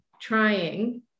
trying